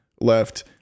left